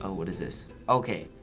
what is this? okay,